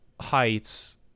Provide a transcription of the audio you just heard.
Heights